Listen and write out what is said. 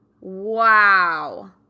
Wow